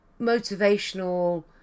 motivational